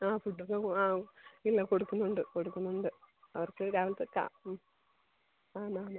ആ ഫുഡ് ഒക്കെ ആ ഇല്ല കൊടുക്കുന്നുണ്ട് കൊടുക്കുന്നുണ്ട് അവർക്ക് രാവിലെത്തെ ആന്ന് ആന്ന്